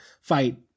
fight